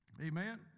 Amen